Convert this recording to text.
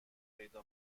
پیدا